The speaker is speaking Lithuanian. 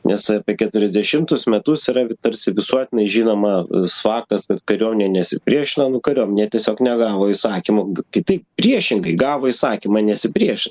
nes apie keturiasdešimtus metus yra tarsi visuotinai žinomas faktas kad kariuomenė nesipriešino nu kariuomenė tiesiog negavo įsakymo kitaip priešingai gavo įsakymą nesipriešin